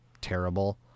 terrible